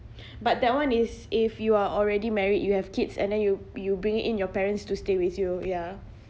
but that one is if you are already married you have kids and then you you bring in your parents to stay with you ya